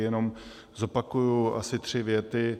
Jenom zopakuji asi tři věty.